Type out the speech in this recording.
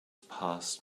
past